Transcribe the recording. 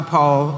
Paul